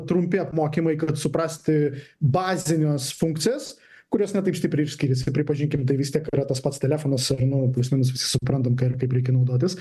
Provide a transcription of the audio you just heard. trumpi apmokymai kad suprasti bazinias funkcijas kurios ne taip stipriai ir skiriasi pripažinkim tai vis tiek yra tas pats telefonas nu plius minus visi suprantam ką ir kaip reikia naudotis